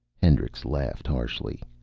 hendricks laughed harshly.